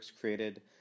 created